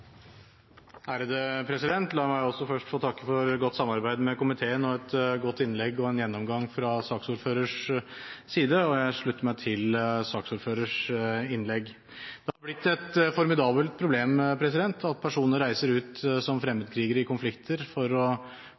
La meg også først få takke for godt samarbeid med komiteen og et godt innlegg og god gjennomgang fra saksordførerens side. Jeg slutter meg til saksordførerens innlegg. Det har blitt et formidabelt problem at personer reiser ut som fremmedkrigere i konflikter for å